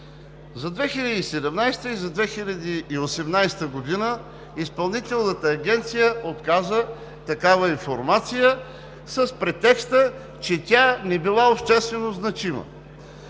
За 2017 г. и за 2018 г. Изпълнителната агенция отказа такава информация с претекста, че тя не била обществено значима.